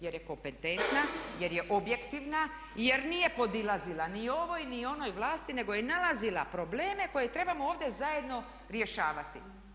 Jer je kompetentna, jer je objektivna, jer nije podilazila ni ovoj, ni onoj vlasti nego je nalazila probleme koje trebamo ovdje zajedno rješavati.